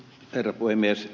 herra puhemies